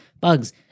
bugs